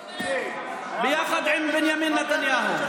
ביחד עם בנימין נתניהו,